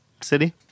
city